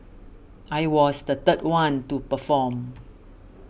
I was the third one to perform